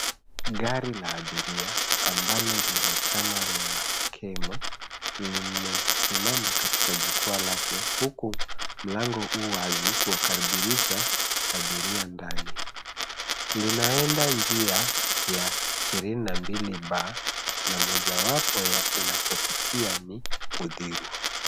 Gari la abiria, ambalo ni la chama la Kemu, limesimama katika jukwaa lake, huku mlango u wazi kuwakaribisha abiria ndani. Linaenda njia ya 22B na mojawapo ya inapopitia ni Uthiru.